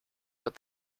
but